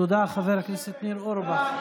תודה, חבר הכנסת ניר אורבך.